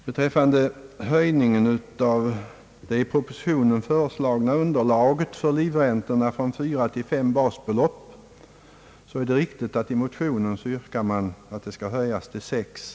Beträffande höjningen av det i propositionen föreslagna underlaget för livräntorna från fyra till fem basbelopp så är det riktigt att man i motioner yrkar att de skall höjas till sex.